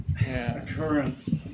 occurrence